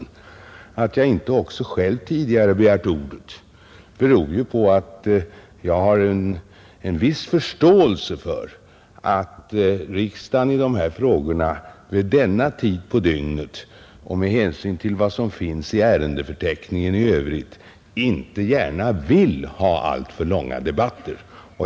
Det förhållandet att jag inte själv tidigare har begärt ordet beror på att jag har en viss förståelse för att riksdagen i dessa frågor vid denna tid på dygnet — och med hänsyn till vad som finns i ärendeförteckningen i övrigt — inte gärna vill ha alltför långa debatter.